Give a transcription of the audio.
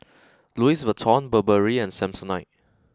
Louis Vuitton Burberry and Samsonite